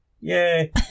Yay